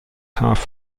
half